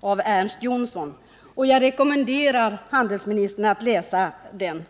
av Ernst Jonsson. Jag rekommenderar handelsministern att läsa den.